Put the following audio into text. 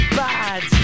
bad